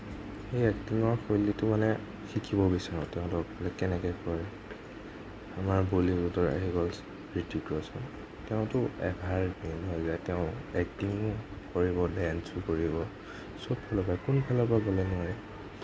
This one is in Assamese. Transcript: সেই এক্টিঙৰ শৈলীটো মানে শিকিব বিচাৰোঁ তেওঁ কেনেকৈ কৰে আমাৰ বলীউডৰ এগৰাকী হৃত্বিক ৰ'শ্বন তেওঁটো এভাৰগ্ৰীণ হয় যে তেওঁ এক্টিঙো কৰিব ডেঞ্চো কৰিব সব ফালৰ পৰা কোনফালৰ পৰা গ'লে মই